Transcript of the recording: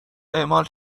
اعمال